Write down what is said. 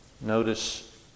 Notice